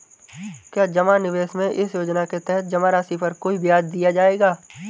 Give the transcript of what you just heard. क्या जमा निवेश में इस योजना के तहत जमा राशि पर कोई ब्याज दिया जाएगा?